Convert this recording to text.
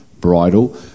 bridal